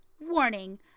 Warning